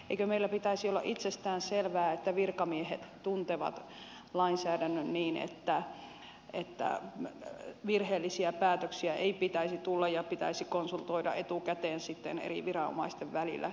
eikö meillä pitäisi olla itsestään selvää että virkamiehet tuntevat lainsäädännön niin että virheellisiä päätöksiä ei pitäisi tulla ja pitäisi konsultoida etukäteen sitten eri viranomaisten välillä